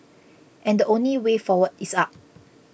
and the only way forward is up